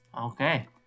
Okay